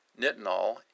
NITINOL